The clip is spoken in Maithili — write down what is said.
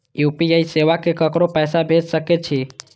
यू.पी.आई सेवा से ककरो पैसा भेज सके छी?